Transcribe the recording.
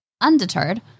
Undeterred